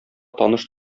таныш